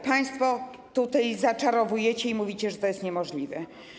Państwo tutaj zaczarowujecie i mówicie, że to jest niemożliwe.